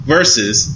Versus